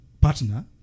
partner